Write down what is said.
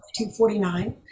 1949